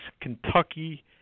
Kentucky